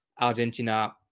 Argentina